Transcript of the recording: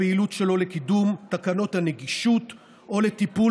בפעילות שלו לקידום תקנות הנגישות או לטיפול